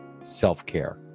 self-care